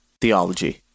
Theology